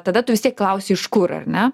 tada tu vis tiek klausi iš kur ar ne